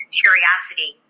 curiosity